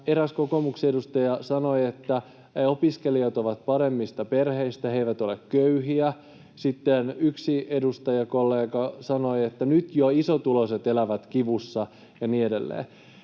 eräs kokoomuksen edustaja sanoi, että opiskelijat ovat paremmista perheistä ja he eivät ole köyhiä. Sitten yksi edustajakollega sanoi, että nyt jo isotuloiset elävät kivussa ja niin edelleen.